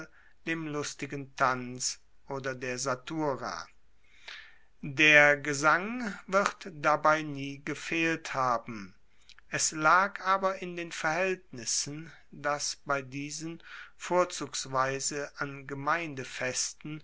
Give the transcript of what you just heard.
dem lustigen tanz oder der satura der gesang wird dabei nie gefehlt haben es lag aber in den verhaeltnissen dass bei diesen vorzugsweise an gemeindefesten